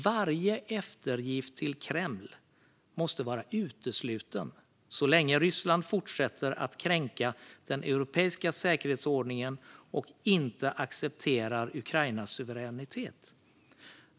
Varje eftergift till Kreml måste vara utesluten så länge Ryssland fortsätter att kränka den europeiska säkerhetsordningen och inte accepterar Ukrainas suveränitet.